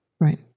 Right